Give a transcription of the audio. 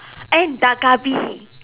and ddalk-galbi